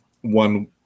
one